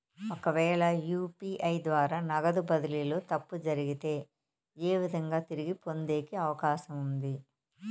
ఒకవేల యు.పి.ఐ ద్వారా నగదు బదిలీలో తప్పు జరిగితే, ఏ విధంగా తిరిగి పొందేకి అవకాశం ఉంది?